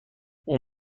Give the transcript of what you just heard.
اون